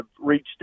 reached